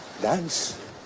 Dance